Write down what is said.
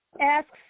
asks